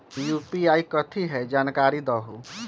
UPI कथी है? जानकारी दहु